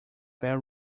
bell